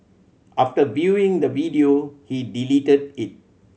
after viewing the video he deleted it